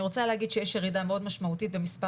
אני רוצה להגיד שיש ירידה מאוד משמעותית במספר